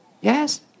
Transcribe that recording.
Yes